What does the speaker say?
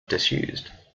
disused